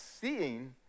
seeing